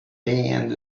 band